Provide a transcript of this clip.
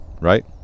right